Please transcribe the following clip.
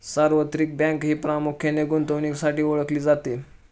सार्वत्रिक बँक ही प्रामुख्याने गुंतवणुकीसाठीही ओळखली जाते